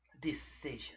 decision